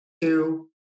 two